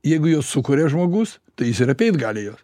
jeigu jau sukuria žmogus tai jis ir apeit gali juos